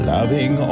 Loving